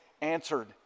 answered